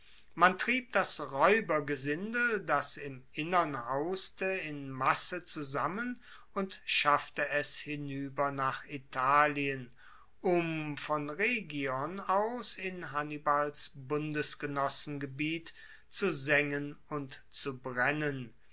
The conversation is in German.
man trieb das raeubergesindel das im innern hauste in masse zusammen und schaffte es hinueber nach italien um von rhegion aus in hannibals bundesgenossengebiet zu sengen und zu brennen